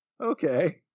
okay